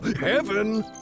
heaven